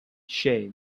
shade